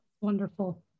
Wonderful